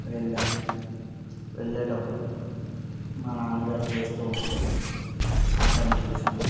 వెళ్లాను వెళ్ళేటప్పుడు మా నాన్నగారు చేస్తూ ఉంటే ఆ పని చూశాను